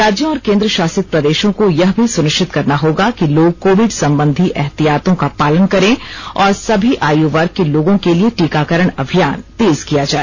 राज्यों और केन्द्रशासित प्रदेशों को यह भी सुनिश्चित करना होगा कि लोग कोविड संबंधी एहतियातों का पालन करें और सभी आयु वर्ग के लोगों के लिए टीकाकरण अभियान तेज किया जाए